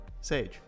Sage